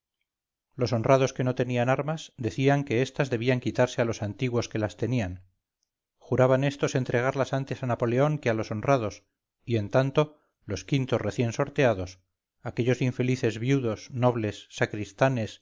los honrados que no tenían armas decían que estas debían quitarse a los antiguos que las tenían juraban estos entregarlas antes a napoleón que a los honrados y en tanto los quintos recién sorteados aquellos infelices viudos nobles sacristanes